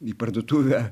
į parduotuvę